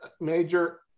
major